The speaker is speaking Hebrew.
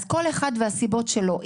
אז כל אחד והסיבות שלו.